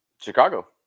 Chicago